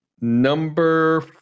Number